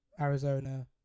Arizona